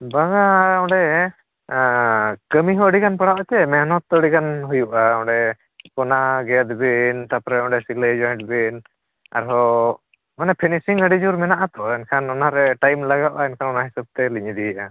ᱵᱟᱝᱼᱟ ᱚᱸᱰᱮ ᱠᱟᱹᱢᱤ ᱦᱚᱸ ᱟᱹᱰᱤ ᱜᱟᱱ ᱯᱟᱲᱟᱜᱼᱟ ᱪᱮ ᱢᱮᱱᱦᱚᱛᱚ ᱟᱹᱰᱤ ᱜᱟᱱ ᱦᱩᱭᱩᱜᱼᱟ ᱚᱸᱰᱮ ᱚᱱᱟ ᱜᱮᱫ ᱵᱤᱱ ᱛᱟᱯᱚᱨᱮ ᱚᱸᱰᱮ ᱥᱤᱞᱟᱹᱭ ᱡᱚᱭᱮᱱᱴ ᱵᱤᱱ ᱟᱨᱦᱚᱸ ᱚᱱᱮ ᱯᱷᱤᱞᱤᱥᱤᱝ ᱟᱹᱰᱤ ᱡᱳᱨ ᱢᱮᱱᱟᱜᱼᱟ ᱛᱚ ᱮᱱᱠᱷᱟᱱ ᱚᱱᱟ ᱨᱮ ᱴᱟᱭᱤᱢ ᱞᱟᱜᱟᱜᱼᱟ ᱮᱱᱠᱷᱟᱱ ᱚᱱᱟ ᱦᱤᱥᱟᱹᱵ ᱛᱮ ᱞᱤᱧ ᱤᱫᱤᱭᱮᱜᱼᱟ